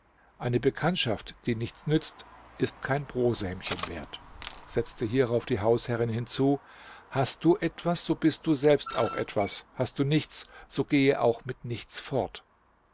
eine bekanntschaft die nichts nützt ist kein brosämchen wert setzte hierauf die hausherrin hinzu hast du etwas so bist du selbst auch etwas hast du nichts so gehe auch mit nichts fort